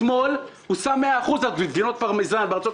אתמול שמו 100% מס על גבינות פרמזן בארצות